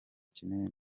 kinini